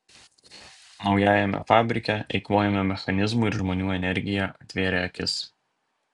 naujajame fabrike eikvojama mechanizmų ir žmonių energija atvėrė akis